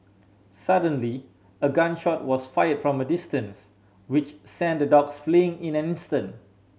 suddenly a gun shot was fired from a distance which sent the dogs fleeing in an instant